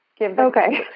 Okay